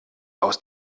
aus